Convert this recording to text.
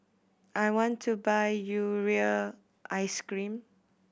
I want to buy Urea Ice Cream